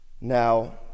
Now